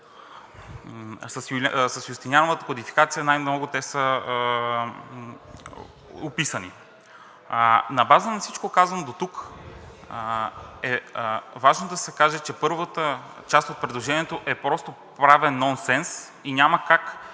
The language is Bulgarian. с Юстиниановата кодификация най-много те са описани. На база на всичко казано дотук е важно да се каже, че първата част от предложението е правен нонсенс и няма как да обоснове